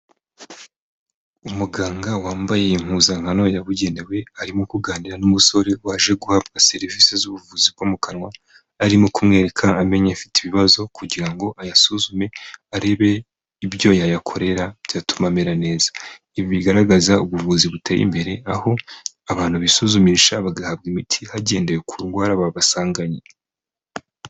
Umuganga wambaye impuzankano yabugenewe arimo kuganira n'umusore waje guhabwa serivisi z'ubuvuzi bwo mu kanwa arimo kumwereka amenyo afite ibibazo kugira ngo ayasuzume, arebe ibyo yayakorera byatuma amera neza, ibi bigaragaza ubuvuzi buteye imbere aho abantu bisuzumisha bagahabwa imiti hagendewe ku ndwara babasanganye.